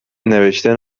نوشته